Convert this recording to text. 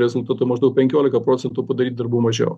rezultatu maždaug penkiolika procentų padaryt darbų mažiau